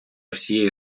всієї